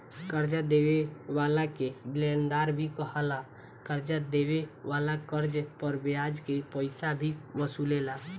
कर्जा देवे वाला के लेनदार भी कहाला, कर्जा देवे वाला कर्ज पर ब्याज के पइसा भी वसूलेला